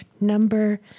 number